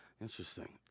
Interesting